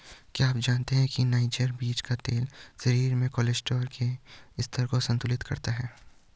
क्या आप जानते है नाइजर बीज का तेल शरीर में कोलेस्ट्रॉल के स्तर को संतुलित करता है?